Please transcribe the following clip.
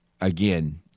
Again